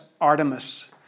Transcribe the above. Artemis